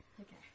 Okay